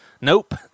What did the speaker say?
nope